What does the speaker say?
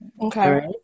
Okay